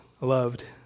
loved